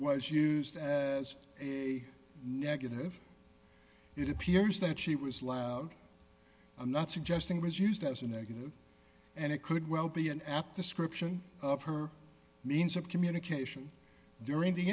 was used as a negative it appears that she was last i'm not suggesting was used as a negative and it could well be an apt description of her means of communication during the